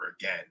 again